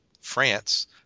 France